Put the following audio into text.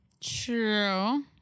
True